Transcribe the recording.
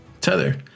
Tether